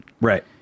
Right